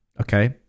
Okay